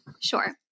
Sure